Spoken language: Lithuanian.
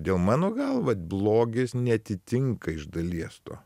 todėl mano galva blogis neatitinka iš dalies to